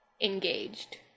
engaged